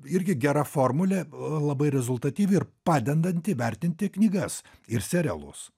irgi gera formulė labai rezultatyvi ir padedanti vertinti knygas ir serialus